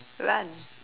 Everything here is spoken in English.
run